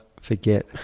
forget